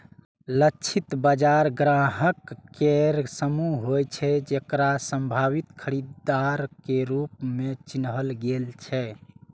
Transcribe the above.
लक्षित बाजार ग्राहक केर समूह होइ छै, जेकरा संभावित खरीदार के रूप मे चिन्हल गेल छै